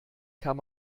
kann